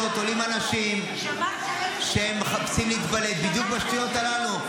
עולים אנשים שמחפשים להתבלט בדיוק בשטויות הללו.